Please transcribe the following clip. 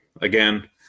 Again